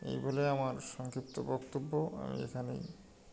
এই বলে আমার সংক্ষিপ্ত বক্তব্য আমি এখানেই